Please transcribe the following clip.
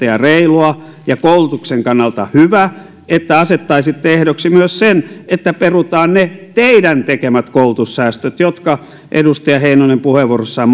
ja reilua ja koulutuksen kannalta hyvä että asettaisitte ehdoksi myös sen että perutaan ne teidän tekemänne koulutussäästöt jotka edustaja heinonen puheenvuorossaan